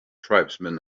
tribesmen